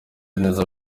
neza